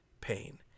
pain